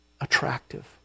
attractive